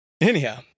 Anyhow